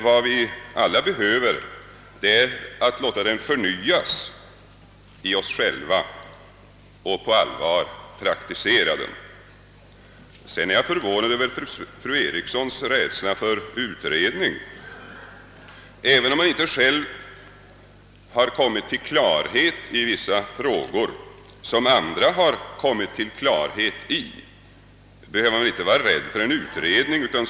Vad vi alla behöver är att låta den förnyas i oss. själva och att på allvar praktisera den. Jag är förvånad över fru Erikssons i Stockholm rädsla för utredning. Även om man inte själv har kommit till klarhet i vissa frågor, där andra har kommit till klarhet, behöver man inte vara rädd för en utredning.